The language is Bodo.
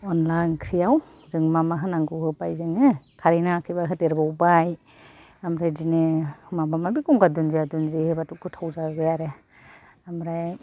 अनला ओंख्रियाव जों मा मा होनांगौ होबाय जोङो खारै नाङाखैबा होदेरबावबाय ओमफ्राय बिदिनो माबा माबि गंगार दुन्दिया दुन्दियि होबाथ' गोथाव जाबाय आरो ओमफ्राय